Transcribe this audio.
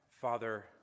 Father